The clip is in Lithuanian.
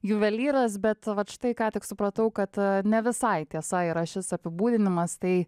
juvelyras bet vat štai ką tik supratau kad ne visai tiesa yra šis apibūdinimas tai